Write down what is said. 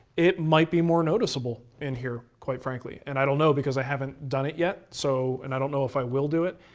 it might be more noticeable in here, quite frankly. and i don't know because i haven't done it yet, so and i don't know if i will do it.